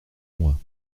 moi